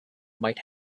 might